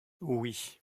oui